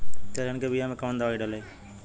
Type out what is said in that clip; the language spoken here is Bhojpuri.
तेलहन के बिया मे कवन दवाई डलाई?